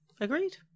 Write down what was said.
agreed